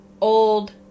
old